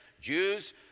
...Jews